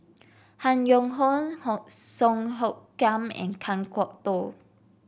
Han Yong Hong Song Hoot Kiam and Kan Kwok Toh